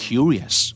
Curious